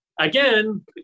again